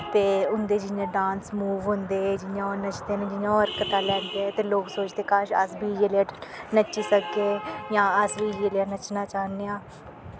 ते उंदे जियां डान्स मूव होंदे जियां ओह् नचदे न जियां ओह् हरकतां लैंदे ऐ ते लोक सोचदे काश अस बी इयै लेआ नच्ची सके जां अस बी इयै लेआ नच्चना चाह्ने आं